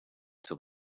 till